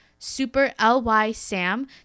superlysam